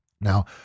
Now